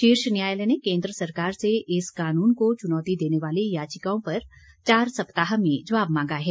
शीर्ष न्यायालय ने केन्द्र सरकार से इस कानून को चुनौती देने वाली याचिकाओं पर चार सप्ताह में जवाब मांगा है